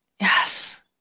Yes